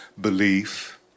belief